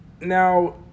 Now